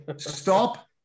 Stop